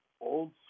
old